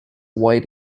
white